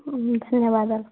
ధన్యవాదాలు